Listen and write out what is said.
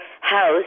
house